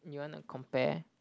you wanna compare